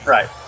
Right